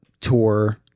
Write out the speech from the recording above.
tour